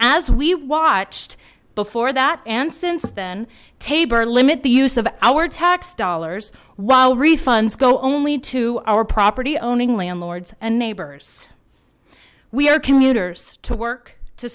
as we watched before that and since then tabor limit the use of our tax dollars while refunds go only to our property owning landlords and neighbors we are commuters to work to